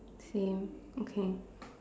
same okay